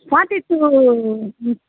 forty two